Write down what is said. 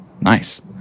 Nice